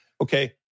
Okay